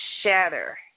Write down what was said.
shatter